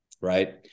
right